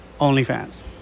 OnlyFans